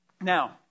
Now